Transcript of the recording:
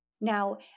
Now